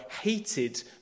hated